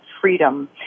Freedom